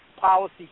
policy